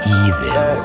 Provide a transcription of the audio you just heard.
evil